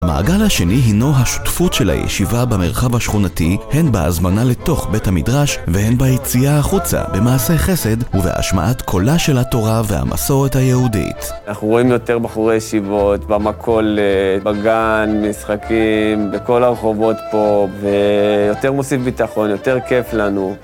מעגל השני הינו השותפות של הישיבה במרחב השכונתי, הן בהזמנה לתוך בית המדרש והן ביציאה החוצה במעשה חסד ובהשמעת קולה של התורה והמסורת היהודית. אנחנו רואים יותר בחורי ישיבות, במכולת, בגן, משחקים, בכל הרחובות פה, ויותר מוסיף ביטחון, יותר כיף לנו.